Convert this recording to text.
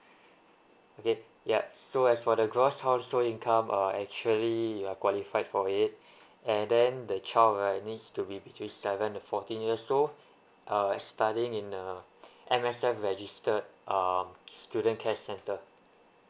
okay ya so as for the gross household income uh actually you are qualified for it and then the child right needs to be between seven to fourteen years old uh and studying in a M_S_F registered uh s~ student care center